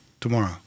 tomorrow